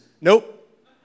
Nope